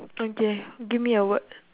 okay give me a word